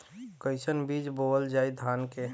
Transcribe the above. कईसन बीज बोअल जाई धान के?